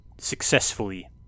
successfully